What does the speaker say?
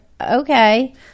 okay